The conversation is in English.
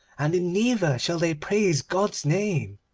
and in neither shall they praise god's name